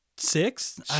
Six